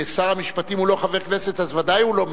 שר המשפטים הוא לא חבר כנסת, אז ודאי הוא לא מאחר.